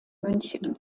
münchen